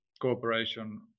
cooperation